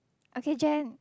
okay Jen